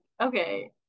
okay